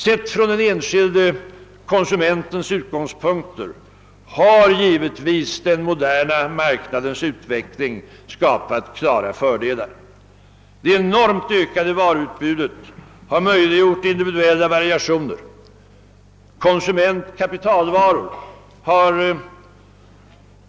Sedd från den enskilde konsumentens utgångspunkter har givetvis den moderna marknadens utveckling skapat klara fördelar. Det enormt ökade varuutbytet har möjliggjort individuella variationer.